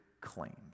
claims